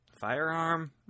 firearm